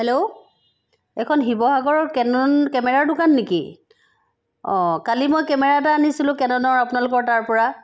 hello এইখন শিৱসাগৰৰ Canon কেমেৰাৰ দোকান নেকি অঁ কালি মই কেমেৰা এটা আনিছিলোঁ কেননৰ আপোনালোকৰ তাৰ পৰা